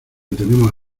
tenemos